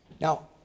Now